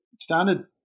standard